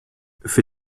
für